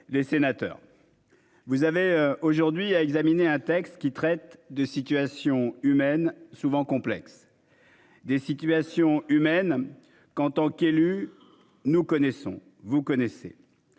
les sénateurs. Vous avez aujourd'hui à examiner un texte qui traite de situations humaines souvent complexe. Des situations humaines qu'en tant qu'élu nous connaissons vous connaissez.